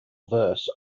verse